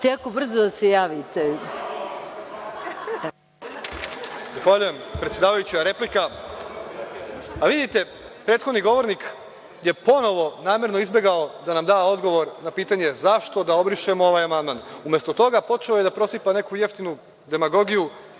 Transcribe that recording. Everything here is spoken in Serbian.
Marković** Zahvaljujem, predsedavajuća. Vidite, prethodni govornik je ponovo namerno izbegao da nam da odgovor na pitanje zašto da obrišemo ovaj amandman. Umesto toga počeo je da prosipa neku jeftinu demagogiju.